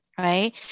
Right